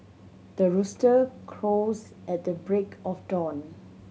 the rooster crows at the break of dawn